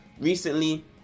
recently